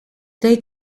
they